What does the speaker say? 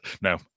No